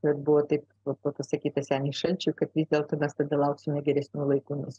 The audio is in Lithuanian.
bet buvo taip buvo pasakyta seniui šalčiui kad vis dėlto lauksime geresnių laikų nes